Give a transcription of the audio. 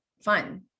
fun